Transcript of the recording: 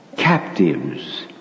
Captives